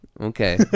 Okay